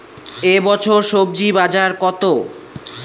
এ বছর স্বজি বাজার কত?